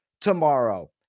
tomorrow